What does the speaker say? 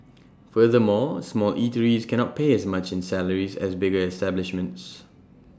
furthermore small eateries cannot pay as much in salaries as bigger establishments